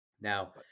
now